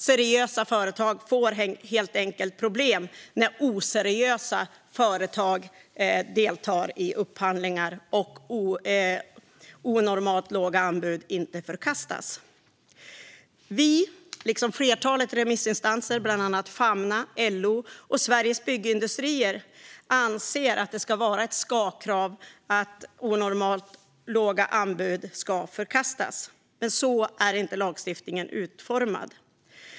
Seriösa företag får helt enkelt problem när oseriösa företag deltar i upphandlingar och onormalt låga anbud inte förkastas. Vi liksom ett flertal remissinstanser, bland annat Famna, LO och Sveriges Byggindustrier, anser att det ska vara ett ska-krav att onormalt låga anbud ska förkastas. Men så är inte lagstiftningen utformad.